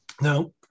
Now